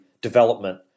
development